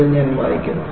അതും ഞാൻ വായിക്കും